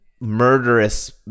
murderous